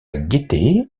gaîté